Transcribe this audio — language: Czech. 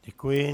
Děkuji.